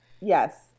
Yes